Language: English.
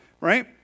right